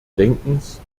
denkens